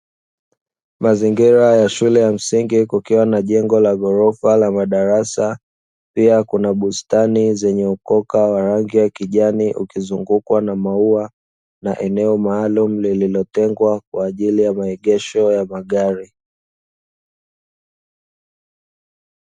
Mazingira ya shule ya msingi kukiwa na jengo la ghorofa la darasa, pia kuna bustani zenye ukoka wa rangi ya kijani ukizungukwa na maua na eneo maalumu lililotengwa kwa ajili ya maegesho ya magari.